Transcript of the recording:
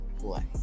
play